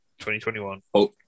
2021